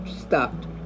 stopped